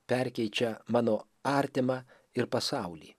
perkeičia mano artimą ir pasaulį